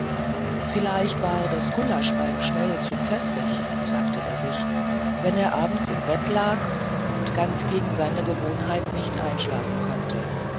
vielleicht war das gulasch beim schnell zu pfefferig sagte er sich wenn er abends im bette lag und ganz gegen seine gewohnheit nicht einschlafen konnte